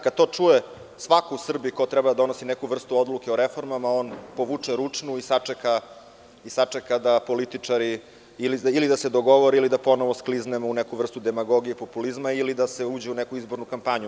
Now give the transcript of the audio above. Kad to čuje svako u Srbiji ko treba da donosi neku vrstu odluke o reformama, on povuče ručnu i sačeka da političari se dogovore ili da ponovo skliznemo u neku vrstu demagogije i populizma, ili da se uđe u neku izbornu kampanju.